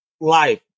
life